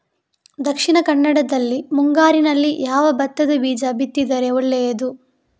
ದಕ್ಷಿಣ ಕನ್ನಡದಲ್ಲಿ ಮುಂಗಾರಿನಲ್ಲಿ ಯಾವ ಭತ್ತದ ಬೀಜ ಬಿತ್ತಿದರೆ ಒಳ್ಳೆಯದು?